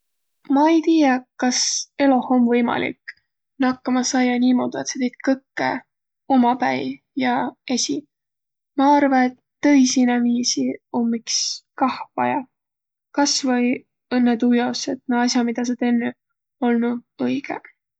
Ma-i tiiäq, kas eloh om võimalik nakkama saiaq niimoodu, et sa tiit kõkkõ umapäi ja esiq. Ma arva, et tõisi inemiisi om iks kah vaja. Kasvai õnnõ tuujaos, et na as'aq, midä sa tennüq, olnuq õigõq.